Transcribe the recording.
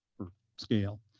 for scale.